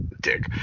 Dick